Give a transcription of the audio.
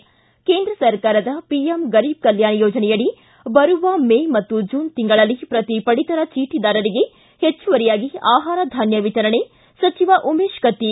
ಿಕ ಕೇಂದ್ರ ಸರ್ಕಾರದ ಪಿಎಂ ಗರೀಬ್ ಕಲ್ಲಾಣ ಯೋಜನೆಯಡಿ ಬರುವ ಮೇ ಮತ್ತು ಜೂನ್ ತಿಂಗಳಲ್ಲಿ ಪ್ರತಿ ಪಡಿತರ ಚೀಟಿದಾರರಿಗೆ ಹೆಚ್ಚುವರಿಯಾಗಿ ಆಹಾರ ಧಾನ್ಯ ವಿತರಣೆ ಸಚಿವ ಉಮೇಶ ಕತ್ತಿ